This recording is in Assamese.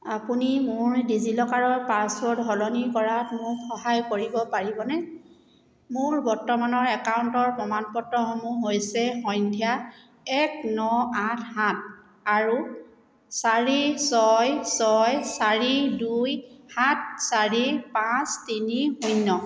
আপুনি মোৰ ডিজিলকাৰৰ পাছৱৰ্ড সলনি কৰাত মোক সহায় কৰিব পাৰিবনে মোৰ বৰ্তমানৰ একাউণ্টৰ প্ৰমাণপত্ৰসমূহ হৈছে সন্ধ্যা এক ন আঠ সাত আৰু চাৰি ছয় ছয় চাৰি দুই সাত চাৰি পাঁচ তিনি শূন্য